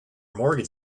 mortgage